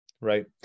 right